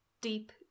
deep